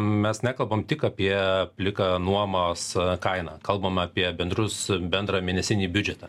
mes nekalbam tik apie pliką nuomos kainą kalbam apie bendrus bendrą mėnesinį biudžetą